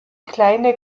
kleine